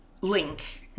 link